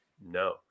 no